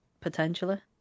Potentially